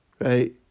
right